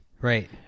Right